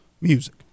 Music